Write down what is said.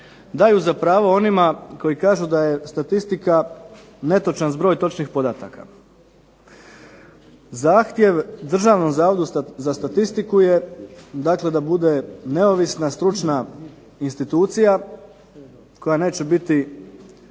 daju za pravo onima koji kažu da je statistika netočan zbroj točnih podataka. Zahtjev Državnom zavodu za statistiku je da bude neovisna stručna institucija koja neće biti